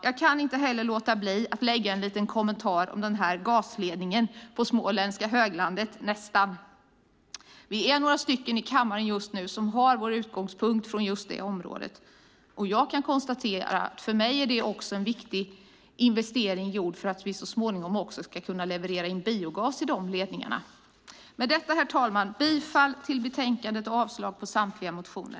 Jag kan inte låta bli att ge en liten kommentar om gasledningen nära det småländska höglandet. Vi är några stycken i kammaren just nu som har vår utgångspunkt i det området. För mig är det en viktig investering gjord för att vi så småningom också ska kunna leverera in biogas i de ledningarna. Herr talman! Jag yrkar bifall till förslaget i utskottets betänkande och avslag på samtliga motioner.